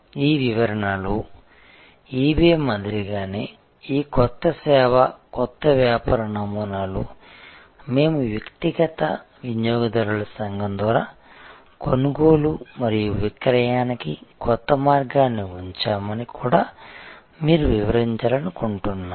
ఈ వివరణలో ఈబే మాదిరిగానే ఈ కొత్త సేవ కొత్త వ్యాపార నమూనాలో మేము వ్యక్తిగత వినియోగదారుల సంఘం ద్వారా కొనుగోలు మరియు విక్రయానికి కొత్త మార్గాన్ని ఉంచామని కూడా మీరు వివరించాలనుకుంటున్నాను